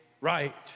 right